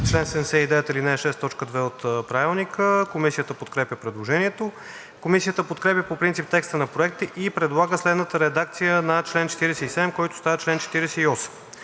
чл. 79, ал. 6, т. 2 от Правилника. Комисията подкрепя предложението. Комисията подкрепя по принцип текста на Проекта и предлага следната редакция на чл. 47, който става чл. 48: